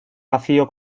vacío